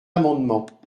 amendement